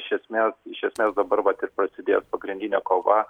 iš esmės iš esmės dabar vat ir prasidės pagrindinė kova